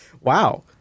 Wow